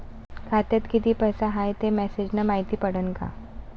खात्यात किती पैसा हाय ते मेसेज न मायती पडन का?